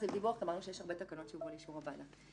אמרנו שיש הרבה תקנות שיובאו לאישור הוועדה.